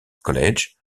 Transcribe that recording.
college